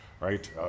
right